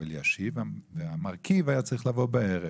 שלנו היא לוודא שגם כבודם וזכויותיהם נשמרים.